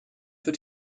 für